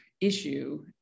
issue